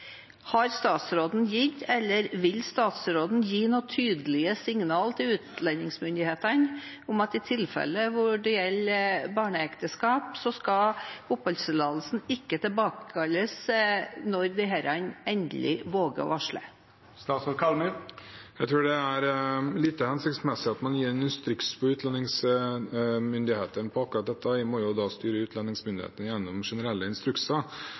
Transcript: Har statsråden gitt, eller vil statsråden gi, noen tydelige signal til utlendingsmyndighetene om at i tilfeller som gjelder barneekteskap, skal oppholdstillatelsen ikke tilbakekalles når disse endelig våger å varsle? Jeg tror det er lite hensiktsmessig å gi en instruks til utlendingsmyndighetene på akkurat dette. Jeg må styre utlendingsmyndighetene gjennom generelle instrukser,